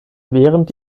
während